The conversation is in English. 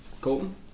Colton